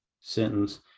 sentence